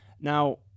Now